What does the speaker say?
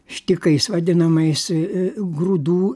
štikais vadinamais a grūdų